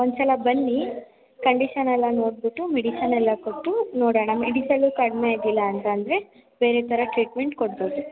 ಒಂದು ಸಲ ಬನ್ನಿ ಕಂಡೀಷನೆಲ್ಲ ನೋಡಿಬಿಟ್ಟು ಮೆಡಿಷನೆಲ್ಲ ಕೊಟ್ಟು ನೋಡೋಣ ಮೆಡಿಸಲ್ಲೂ ಕಡಿಮೆ ಆಗಿಲ್ಲ ಅಂತಂದರೆ ಬೇರೆ ಥರ ಟ್ರೀಟ್ಮೆಂಟ್ ಕೊಡ್ಬೋದು